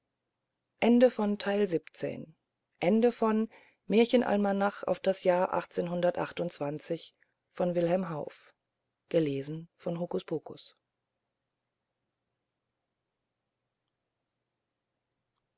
stände auf das jahr